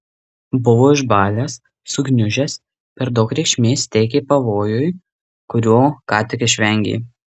buvo išbalęs sugniužęs per daug reikšmės teikė pavojui kurio ką tik išvengė